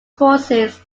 courses